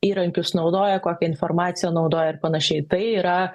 įrankius naudoja kokią informaciją naudoja ir panašiai tai yra